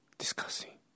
discussing